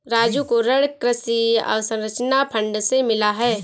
राजू को ऋण कृषि अवसंरचना फंड से मिला है